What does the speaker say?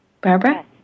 Barbara